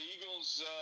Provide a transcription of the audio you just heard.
Eagles